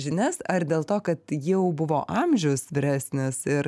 žinias ar dėl to kad jau buvo amžius vyresnis ir